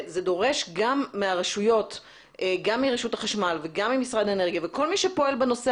זה דורש גם מהרשות החשמל וגם ממשרד האנרגיה ומכל מי שפועל בנושא